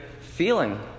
feeling